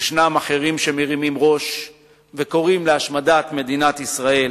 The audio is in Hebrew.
ישנם אחרים שמרימים ראש וקוראים להשמדת מדינת ישראל,